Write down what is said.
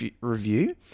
review